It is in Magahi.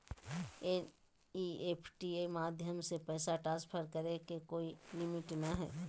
एन.ई.एफ.टी माध्यम से पैसा ट्रांसफर करे के कोय लिमिट नय हय